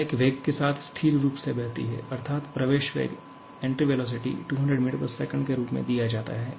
यह एक वेग के साथ स्थिर रूप से बहती है अर्थात प्रवेश वेग 200 ms के रूप में दिया जाता है